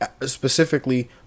specifically